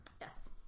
yes